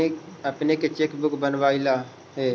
अपने के cheque book बनवइला हे